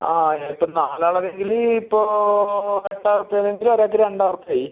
ആ ഇപ്പം നാലാളാണെങ്കിൽ ഇപ്പോൾ രണ്ടായിരം ഉർപ്യ വച്ച് ഒരാൾക്ക് രണ്ടായിരം ഉർപ്യ ആയി